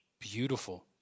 beautiful